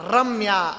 Ramya